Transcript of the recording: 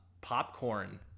popcorn